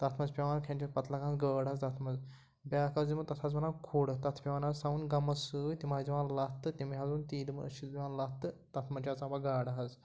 تَتھ منٛز پٮ۪وان کھٮ۪ن چٮ۪ن پَتہٕ لَگان گاڈ حظ تَتھ منٛز بیٛاکھ حظ یِوان تَتھ حظ وَنان کھوٚڑ تَتھ تہِ پٮ۪وان حظ تھاوُن گَمَس سۭتۍ تِم حظ دِوان لَتھ تہٕ تٔمۍ حظ ووٚن تی دوٚپُن أسۍ چھِ دِوان لَتھ تہٕ تَتھ منٛز چھِ اژان پَتہٕ گاڈٕ حظ